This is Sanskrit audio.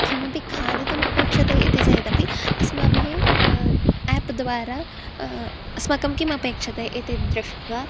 किमपि खादितुमपेक्षते इति चेदपि अस्माभिः आप् द्वारा अस्माकं किमपेक्षते इति दृष्ट्वा